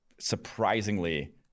surprisingly